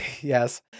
yes